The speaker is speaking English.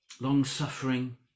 long-suffering